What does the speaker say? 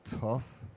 tough